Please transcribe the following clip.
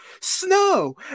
snow